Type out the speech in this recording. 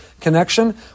connection